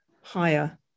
higher